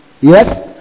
yes